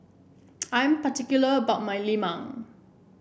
I'm particular about my lemang